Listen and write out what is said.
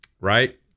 right